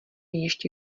ještě